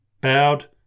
bowed